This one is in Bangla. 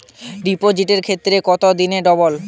ডিপোজিটের ক্ষেত্রে কত দিনে ডবল?